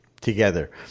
together